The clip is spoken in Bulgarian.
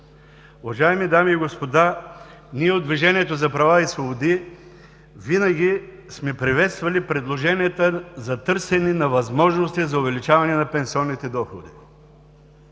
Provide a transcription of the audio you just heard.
Уважаеми дами и господа, ние от „Движението за права и свободи“ винаги сме приветствали предложенията за търсене на възможности за увеличаване на пенсионните доходи.